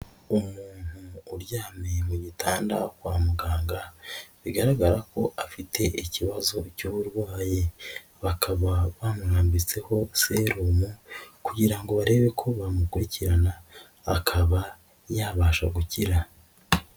Umuntu uryamye mu gitanda kwa muganga, bigaragara ko afite ikibazo cy'uburwayi, bakaba bamurambitseho serume kugira ngo barebe ko bamukurikirana, akaba yabasha gukira.